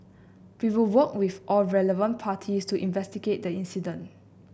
we will work with all relevant parties to investigate the incident